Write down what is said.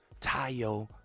Tayo